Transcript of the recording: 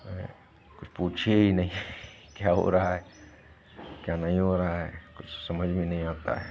और कुछ पूछिए ही नहीं क्या हो रहा है क्या नहीं हो रहा है कुछ समझ में नहीं आता है